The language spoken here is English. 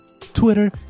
Twitter